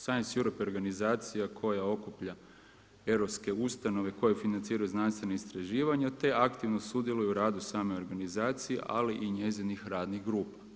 Sience Europe je organizacija koje okuplja europske ustanove koje financiraju znanstvena istraživanja, te aktivno sudjeluju u radu same organizacije, ali i njezinih radnih grupa.